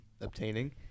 obtaining